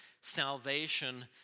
salvation